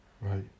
Right